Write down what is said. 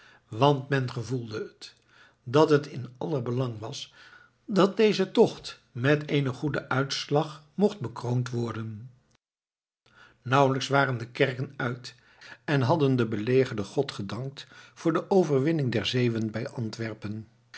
want men gevoelde het dat het in aller belang was dat deze tocht met eenen goeden uitslag mocht bekroond worden nauwelijks waren de kerken uit en hadden de belegerden god gedankt voor de overwinning der zeeuwen bij antwerpen